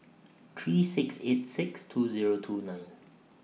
three six eight six two Zero two nine